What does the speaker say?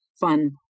fun